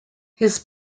his